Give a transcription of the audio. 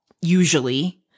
usually